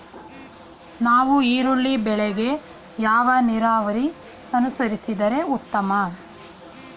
ನಾವು ಈರುಳ್ಳಿ ಬೆಳೆಗೆ ಯಾವ ನೀರಾವರಿ ಅನುಸರಿಸಿದರೆ ಉತ್ತಮ?